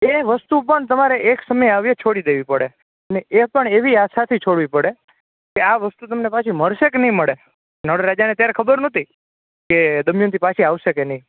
એ વસ્તુ પણ એક સમય આવે છોડી દેવી પડે અને એ પણ એવી આશાથી છોડવી પડે કે આ વસ્તુ તમને પાછી મળશે કે નહીં મળે નળ રાજાને તયારે ખબર નહોતી કે દમયંતી પાછી આવશે કે નહીં